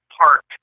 park